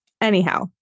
Anyhow